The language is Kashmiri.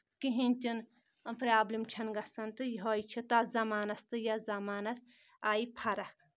کہیٖنۍ تہِ نہٕ پرابلم چھےٚ نہٕ گژھان تہٕ یِہوے چھِ تَتھ زمانس تہٕ یتھ زمانَس آیہِ فرق